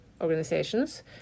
organizations